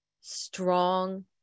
strong